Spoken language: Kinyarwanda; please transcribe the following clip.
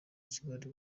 kigali